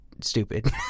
stupid